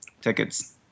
tickets